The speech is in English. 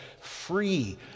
free